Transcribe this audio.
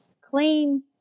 clean